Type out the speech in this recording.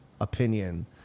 opinion